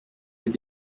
êtes